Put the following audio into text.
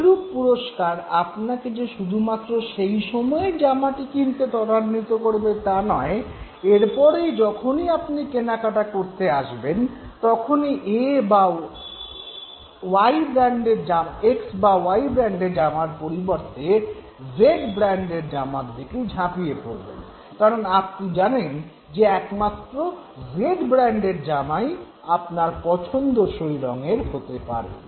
এইরূপ পুরস্কার আপনাকে যে শুধুমাত্র সেই সময়েই জামাটি কিনতে ত্বরান্বিত করবে তা নয় এরপরে যখনই আপনি কেনাকাটা করতে আসবেন তখনই এ বা ওয়াই ব্র্যান্ডের জামার পরিবর্তে জেড ব্র্যান্ডের জামার দিকেই ঝাঁপিয়ে পড়বেন কারণ আপনি জানেন যে একমাত্র জেড ব্র্যান্ডের জামাই আপনার পছন্দসই রঙের হতে পারে